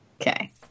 Okay